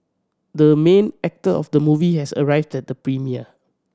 the main actor of the movie has arrived at the premiere